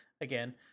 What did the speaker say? again